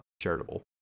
charitable